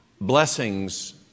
blessings